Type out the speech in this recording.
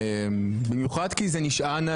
במיוחד כי זה נשען,